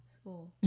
school